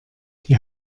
die